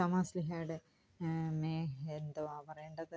തോമാസ്ലീഹേയുടെ പിന്നെ എന്തുവാണ് പറയേണ്ടത്